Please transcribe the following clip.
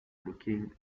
looking